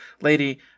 Lady